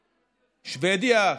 שבדיה,